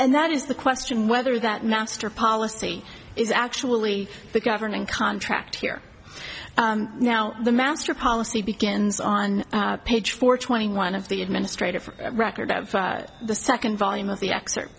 and that is the question whether that napster policy is actually the governing contract here now the master policy begins on page four twenty one of the administrative record of the second volume of the